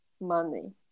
money